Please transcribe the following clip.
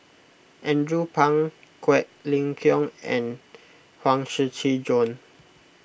Andrew Phang Quek Ling Kiong and Huang Shiqi Joan